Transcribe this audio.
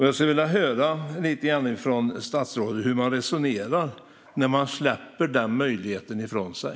Jag skulle vilja höra lite grann från statsrådet hur man resonerar när man släpper denna möjlighet ifrån sig.